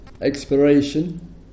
exploration